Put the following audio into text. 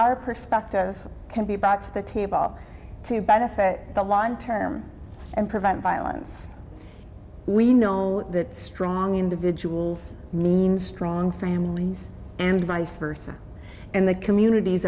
e perspectives can be bought to the table to benefit the long term and prevent violence we know the strong individuals mean strong families and vice versa and the communities